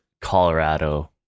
Colorado